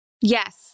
Yes